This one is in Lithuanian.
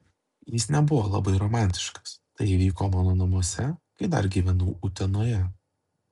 jis nebuvo labai romantiškas tai įvyko mano namuose kai dar gyvenau utenoje